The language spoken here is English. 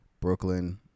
Brooklyn